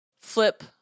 flip